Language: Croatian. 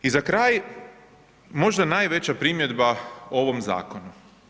I za kraj, možda najveća primjedba ovom zakonu.